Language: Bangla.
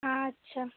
আচ্ছা